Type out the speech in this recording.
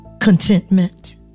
contentment